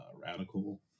radical